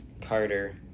carter